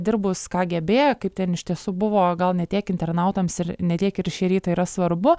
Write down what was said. dirbus ką gė bė kaip ten iš tiesų buvo gal ne tiek internautams ir ne tiek ir šį rytą yra svarbu